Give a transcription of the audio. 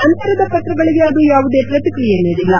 ನಂತರದ ಪತ್ರಗಳಿಗೆ ಅದು ಯಾವುದೇ ಪ್ರತಿಕ್ರಿಯೆ ನೀಡಿಲ್ಲ